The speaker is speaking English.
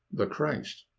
the christ.